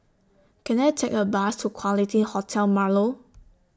Can I Take A Bus to Quality Hotel Marlow